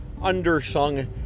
undersung